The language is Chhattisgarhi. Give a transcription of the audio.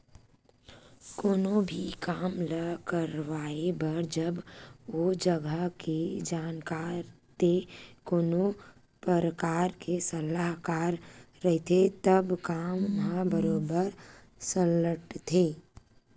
कोनो भी काम ल करवाए बर जब ओ जघा के जानकार ते कोनो परकार के सलाहकार रहिथे तब काम ह बरोबर सलटथे